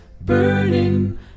burning